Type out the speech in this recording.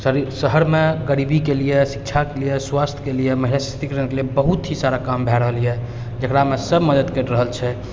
शहरमे गरीबीके लिए शिक्षाके लिए स्वास्थ्यके लिए महिला सशस्क्तिकरणके लिए बहुत ही सारा काम भए रहल यऽ जकरामे सब मदद करि रहल छै